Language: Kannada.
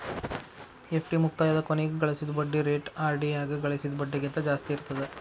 ಎಫ್.ಡಿ ಮುಕ್ತಾಯದ ಕೊನಿಗ್ ಗಳಿಸಿದ್ ಬಡ್ಡಿ ರೇಟ ಆರ್.ಡಿ ಯಾಗ ಗಳಿಸಿದ್ ಬಡ್ಡಿಗಿಂತ ಜಾಸ್ತಿ ಇರ್ತದಾ